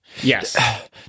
yes